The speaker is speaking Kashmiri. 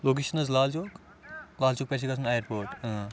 لوکیشَن حٕظ لالچوک لالچوک پیٹھٕ چھُ گَژھُن اَیَرپوٹ اۭں